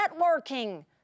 networking